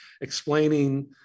explaining